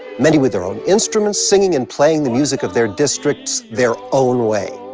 many with their own instruments, singing and playing the music of their districts their own way.